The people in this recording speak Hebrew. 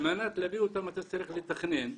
על מנת להביא אותם אתה צריך לתכנן.